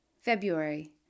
February